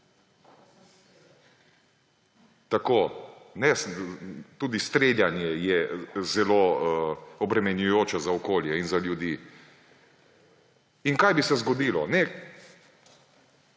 Tudi streljanje je zelo obremenjujoča za okolje in za ljudi. Kaj bi se zgodilo?